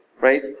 Right